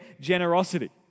generosity